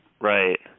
Right